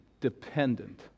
dependent